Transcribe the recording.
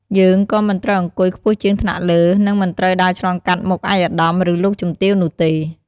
យើងក៏មិនត្រូវអង្គុយខ្ពស់ជាងថ្នាក់លើ និងមិនត្រូវដើរឆ្លងកាត់មុខឯកឧត្តម ឬលោកជំទាវនោះទេ។